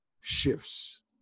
shifts